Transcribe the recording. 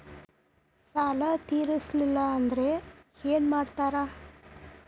ಸಾಲ ತೇರಿಸಲಿಲ್ಲ ಅಂದ್ರೆ ಏನು ಮಾಡ್ತಾರಾ?